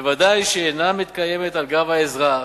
וודאי שהיא אינה מתקיימת על גב האזרח.